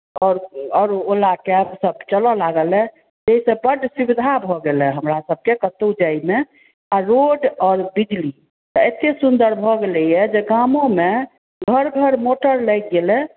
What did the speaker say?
आओर ओला कैब सब चलय लागल अछि तै सब के सुविधा भऽ गेल अय हमरा सब के कतौ जाई मे रोड आओर बिजली एतेक सुन्दर भऽ गेलैया जे गामो मे घर घर मोटर लागि गेलै